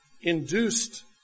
induced